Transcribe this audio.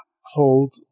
hold